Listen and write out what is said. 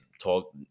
talk